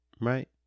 right